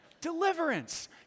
Deliverance